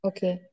Okay